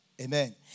amen